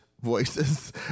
voices